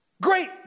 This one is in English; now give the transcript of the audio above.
Great